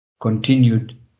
continued